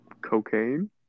Cocaine